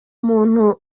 muntu